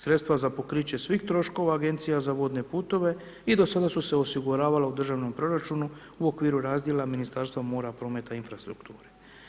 Sredstva za pokriće svih troškova Agencija za vodne puteve i do sada su se osiguravala u Državnom proračunu u okviru razdjela Ministarstva mora, prometa i infrastrukture.